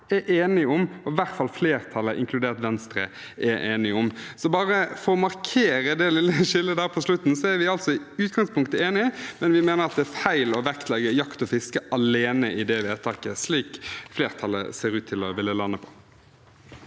er enige om – i hvert fall flertallet, inkludert Venstre. Bare for å markere det lille skillet der på slutten, er vi altså i utgangspunktet enig, men vi mener at det er feil å vektlegge jakt og fiske alene i det vedtaket, slik flertallet ser ut til å ville lande på.